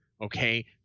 Okay